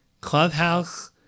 clubhouse